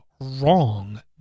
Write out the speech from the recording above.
wrong